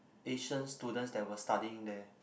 Asian students that was studying there